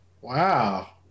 Wow